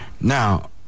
Now